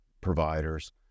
providers